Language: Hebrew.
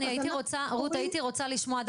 אני הייתי רוצה לשמוע,